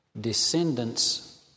descendants